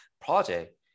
project